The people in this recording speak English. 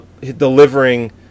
delivering